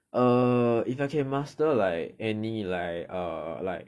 err if I can master like any like err like